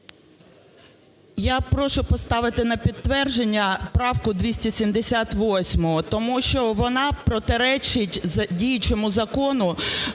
Я прошу поставити на підтвердження правку 278, тому що вона протирічить діючому Закону